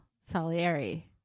Salieri